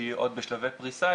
שהיא עוד בשלבי פריסה,